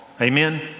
amen